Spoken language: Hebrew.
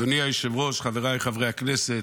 אדוני היושב-ראש, חבריי חברי הכנסת,